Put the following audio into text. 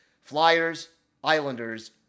Flyers-Islanders